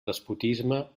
despotisme